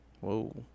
Whoa